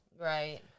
Right